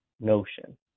notion